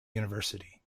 university